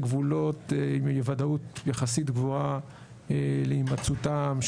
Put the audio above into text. גבולות עם ודאות יחסית גבוהה להימצאותם